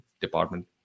department